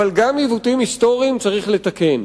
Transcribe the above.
אבל גם עיוותים היסטוריים צריך לתקן.